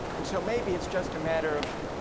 and so maybe it's just a matter of